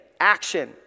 action